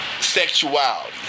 sexuality